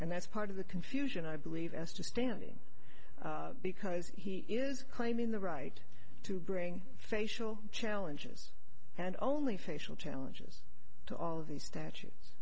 and that's part of the confusion i believe as to standing because he is claiming the right to bring facial challenges and only facial challenges to all of these statutes